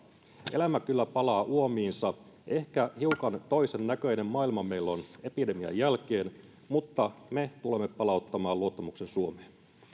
elämä kyllä palaa uomiinsa ehkä hiukan toisennäköinen maailma meillä on epidemian jälkeen mutta me tulemme palauttamaan luottamuksen suomeen